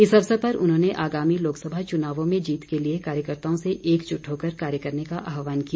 इस अवसर पर उन्होंने आगामी लोकसभा चुनावों में जीत के लिए कार्यकर्ताओं से एकजुट होकर कार्य करने का आह्वान किया